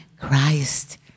Christ